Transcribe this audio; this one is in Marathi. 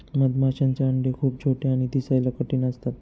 मधमाशांचे अंडे खूप छोटे आणि दिसायला कठीण असतात